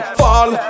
fall